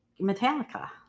Metallica